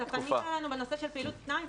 --- ואתה פנית אלינו בנושא של פעילות פנאי,